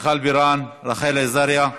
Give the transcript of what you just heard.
מיכל בירן, רחל עזריה,